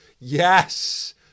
Yes